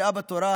קריאה בתורה,